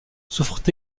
souffrent